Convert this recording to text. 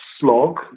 slog